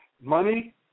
money